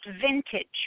Vintage